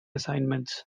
assignments